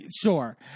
Sure